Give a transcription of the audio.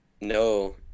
No